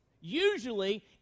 Usually